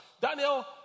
Daniel